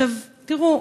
תראו,